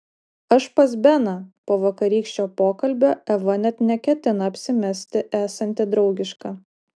aš pas beną po vakarykščio pokalbio eva net neketina apsimesti esanti draugiška